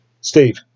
Steve